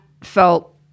felt